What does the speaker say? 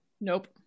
Nope